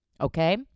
Okay